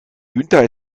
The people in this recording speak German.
günther